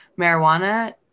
Marijuana